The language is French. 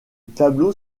tableau